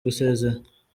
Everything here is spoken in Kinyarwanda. gusezera